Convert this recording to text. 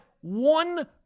one